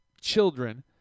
children